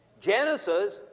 Genesis